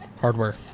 hardware